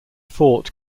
fort